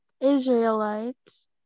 Israelites